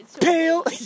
Pale